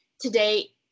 today